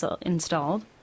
installed